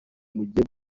mugiye